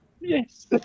Yes